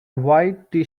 white